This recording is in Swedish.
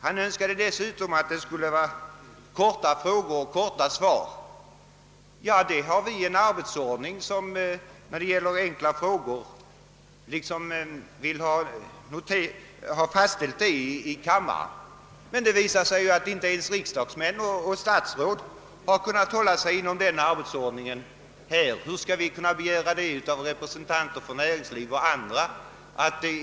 Han önskade dessutom korta frågor och korta svar. Ja, vi har en ordning fastställd för enkla frågor här i kammaren, men det har visat sig att inte ens riksdagsmän och statsråd helt kan hålla sig till denna arbetsordning; hur skall vi då kunna begära det av representanter för näringslivet och av andra?